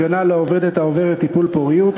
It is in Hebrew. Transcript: הגנה לעובדת העוברת טיפולי פוריות),